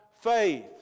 faith